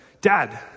dad